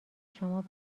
شما